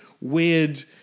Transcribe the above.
weird